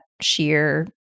sheer